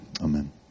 Amen